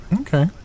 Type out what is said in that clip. Okay